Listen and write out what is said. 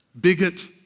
Bigot